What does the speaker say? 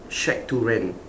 shack to rent